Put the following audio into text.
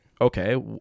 Okay